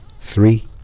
three